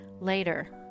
later